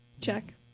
Check